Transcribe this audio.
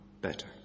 better